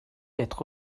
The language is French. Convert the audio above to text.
être